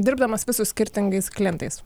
dirbdamas vis su skirtingais klientais